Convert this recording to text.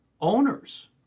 owners